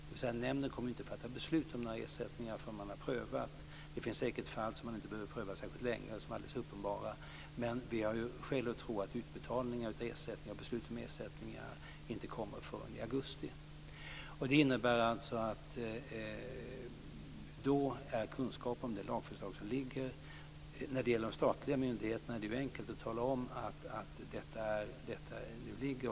Det betyder att nämnden inte kommer att fatta beslut om några ersättningar förrän man har gjort en prövning. Det finns säkert fall som man inte behöver pröva särskilt länge och som är alldeles uppenbara. Men vi har ju skäl att tro att utbetalningar av ersättningar och beslut om ersättningar inte kommer förrän i augusti. Det innebär alltså att då finns det kunskap om det lagförslag som föreligger. När det gäller de statliga myndigheterna är det ju enkelt att tala om att detta lagförslag nu föreligger.